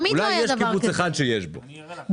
יהיה הנזק החלק היחסי משווי הנזק,